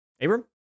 Abram